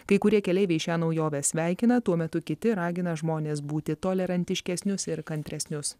kai kurie keleiviai šią naujovę sveikina tuo metu kiti ragina žmones būti tolerantiškesnius ir kantresnius